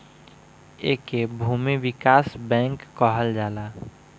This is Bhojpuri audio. एके भूमि विकास बैंक कहल जाला